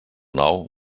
nou